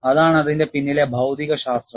അതാണ് അതിന്റെ പിന്നിലെ ഭൌതികശാസ്ത്രം